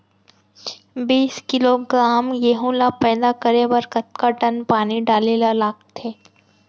बीस किलोग्राम गेहूँ ल पैदा करे बर कतका टन पानी डाले ल लगथे?